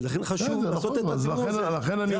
ולכן חשוב לעשות את התיקון הזה, זה הכול.